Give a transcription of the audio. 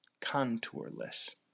contourless